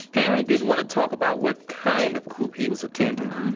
erin didn't want to talk about what kind of group he was attending,